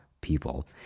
people